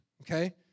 okay